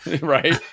Right